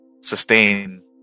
sustain